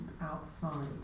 outside